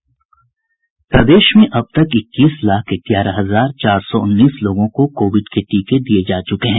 प्रदेश में अब तक इक्कीस लाख ग्यारह हजार चार सौ उन्नीस लोगों को कोविड के टीके दिये जा चुके हैं